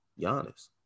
Giannis